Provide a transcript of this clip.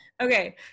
Okay